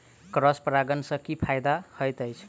Cross परागण सँ की फायदा हएत अछि?